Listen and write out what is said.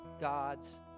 God's